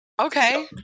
Okay